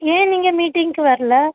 ஏன் நீங்கள் மீட்டிங்க்கு வர்லை